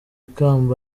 kamba